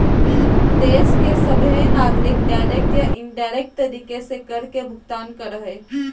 देश के सभहे नागरिक डायरेक्ट या इनडायरेक्ट तरीका से कर के भुगतान करो हय